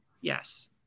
Yes